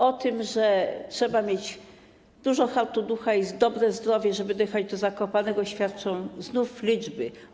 O tym, że trzeba mieć dużo hartu ducha i dobre zdrowie, żeby dojechać do Zakopanego, świadczą znów liczby.